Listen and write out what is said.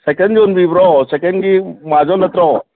ꯁꯥꯏꯀꯟ ꯌꯣꯟꯕꯤꯕ꯭ꯔꯣ ꯁꯥꯏꯜꯒꯤ ꯃꯥꯍꯥꯖꯣꯟ ꯅꯠꯇ꯭ꯔꯣ